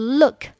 look